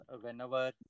whenever